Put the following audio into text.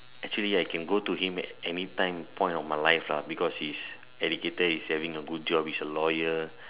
actually I can go to him at any time point of my life ah he is educated he have a good job he is a lawyer